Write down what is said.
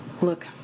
Look